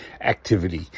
activity